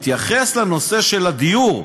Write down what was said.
תתייחס לנושא של הדיור,